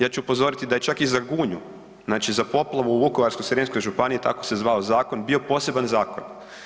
Ja ću upozoriti da je čak i za Gunju, za poplavu u Vukovarsko-srijemskoj županiji tako se zvao zakon bio poseban zakon.